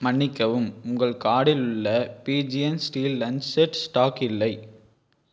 மன்னிக்கவும் உங்கள் கார்டில் உள்ள Pigeon steel lunch set stock இல்லை